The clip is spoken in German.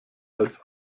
als